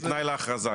כתנאי להכרזה.